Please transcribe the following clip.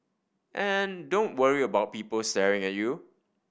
and don't worry about people staring at you